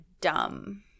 dumb